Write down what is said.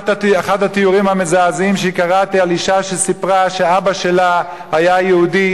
אחד התיאורים המזעזעים שקראתי הוא על אשה שסיפרה שאבא שלה היה יהודי